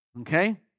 Okay